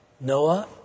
Noah